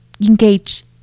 engage